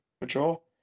Patrol